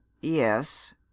Yes